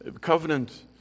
covenant